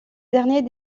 dernier